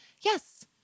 yes